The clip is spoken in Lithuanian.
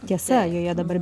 tiesa joje dabar